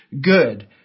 good